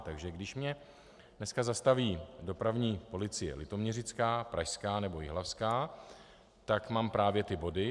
Takže když mě dnes zastaví dopravní policie litoměřická, pražská nebo jihlavská, tak mám právě ty body.